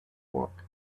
work